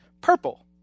purple